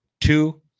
Two